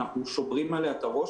אנחנו שוברים עליה את הראש,